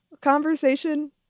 conversation